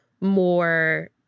more